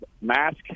mask